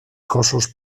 cossos